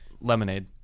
lemonade